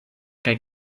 kaj